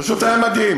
פשוט היה מדהים.